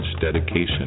Dedication